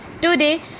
Today